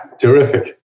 terrific